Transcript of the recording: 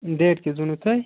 date کیٛاہ حظ ووٚنوٕ تۄہہِ